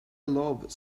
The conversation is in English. love